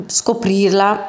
scoprirla